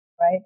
right